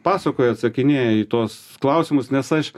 pasakoja atsakinėja į tuos klausimus nes aš